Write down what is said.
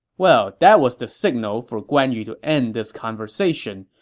well, that was the signal for guan yu to end this conversation.